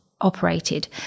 operated